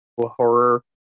horror